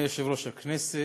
אדוני יושב-ראש הכנסת,